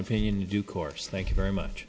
opinion you do course thank you very much